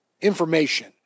Information